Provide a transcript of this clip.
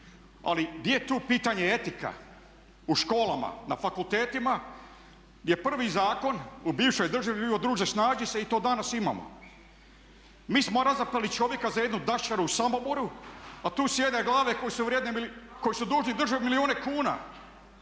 Ali di je tu pitanje etike u školama, na fakultetima je prvi zakon u bivšoj državi bio druže snađi se i to danas imamo. Mi smo razapeli čovjeka za jednu daščaru u Samoboru a tu sjede glave koje su vrijedne, koje su dužne državi milijune kuna.